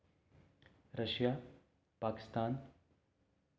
Russia Pakistan